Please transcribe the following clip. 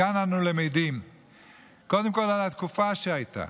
מכאן אנו למדים קודם כול על התקופה שהייתה,